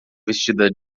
vestida